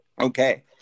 Okay